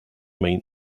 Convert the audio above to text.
main